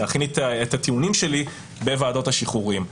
להכין את הטיעונים שלי בוועדות השחרורים.